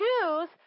choose